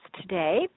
today